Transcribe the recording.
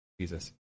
Jesus